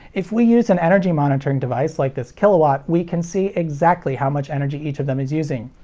if we use an energy monitoring device like this kill-a-watt, we can see exactly how much energy each of them is using.